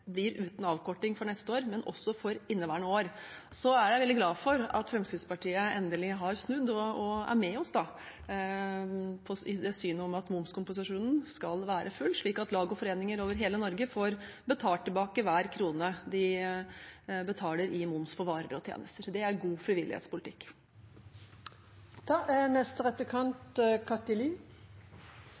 blir uten avkorting for neste år, men også for inneværende år. Så er jeg veldig glad for at Fremskrittspartiet endelig har snudd og er med oss i det synet om at momskompensasjonen skal være full, slik at lag og foreninger over hele Norge får betalt tilbake hver krone de betaler i moms på varer og tjenester. Det er god frivillighetspolitikk. Det er